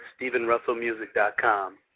stephenrussellmusic.com